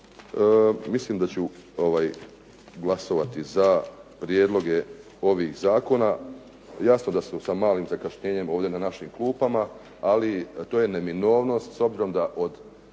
mislim da ću glasovati za prijedloge ovih zakona. Jasno da su sa malim zakašnjenjem ovdje na našim klupama, ali to je neminovnost s obzirom da od